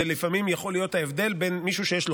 זה לפעמים יכול להיות ההבדל בין מישהו שיש לו